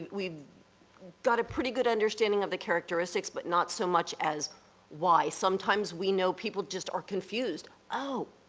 we've got a pretty good understanding of the characteristics but not so much as why. sometimes we know people just are confused. oh,